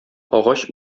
агач